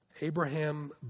Abraham